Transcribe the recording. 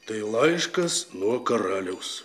tai laiškas nuo karaliaus